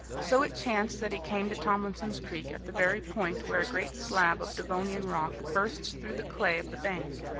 so it chanced that he came to tomlinson's creek at the very point where a great slab of devonian rock bursts through the clay of the bank.